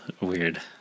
weird